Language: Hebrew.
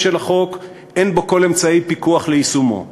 של החוק ואין בו כל אמצעי פיקוח על יישומו.